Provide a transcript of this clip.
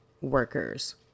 workers